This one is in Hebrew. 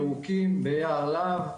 ירוקים ביער להב,